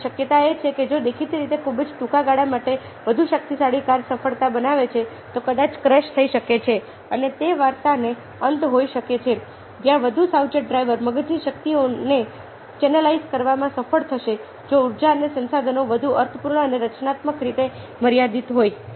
હવે શક્યતા એ છે કે જો કે દેખીતી રીતે ખૂબ જ ટૂંકા ગાળા માટે વધુ શક્તિશાળી કાર સફળતા બતાવે છે તે કદાચ ક્રેશ થઈ શકે છે અને તે વાર્તાનો અંત હોઈ શકે છે જ્યાં વધુ સાવચેત ડ્રાઈવર મગજની શક્તિઓને ચેનલાઇઝ કરવામાં સફળ થશે જો ઊર્જા અને સંસાધનો વધુ અર્થપૂર્ણ અને રચનાત્મક રીતે મર્યાદિત હોય